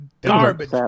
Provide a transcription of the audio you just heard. Garbage